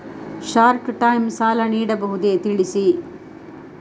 Short time ಸಾಲ ನೀಡಬಹುದೇ ತಿಳಿಸಿ?